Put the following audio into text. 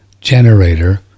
generator